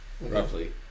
roughly